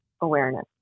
awareness